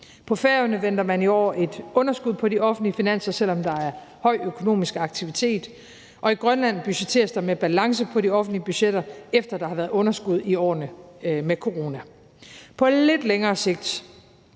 På Færøerne venter man i år et underskud på de offentlige finanser, selv om der er høj økonomisk aktivitet, og i Grønland budgetteres der med balance på de offentlige budgetter, efter der har været underskud i årene med corona. På lidt længere sigt